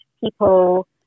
people